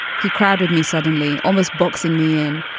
he crowded me suddenly, almost boxing me in.